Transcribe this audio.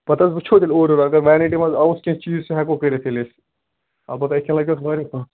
پَتہٕ حظ وُچھو تیٚلہِ اورٕ یور اگر ویرنٹی منٛز آوُس کیٚنٛہہ چیٖز سُہ ہٮ۪کو کٔرِتھ تیٚلہِ أسۍ اَلبتہٕ یِتھٕ کٔنۍ لَگہِ اَتھ واریاہ پونٛسہٕ